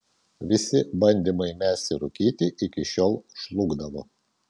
visi bandymai mesti rūkyti iki šiol žlugdavo